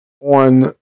on